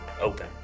open